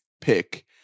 pick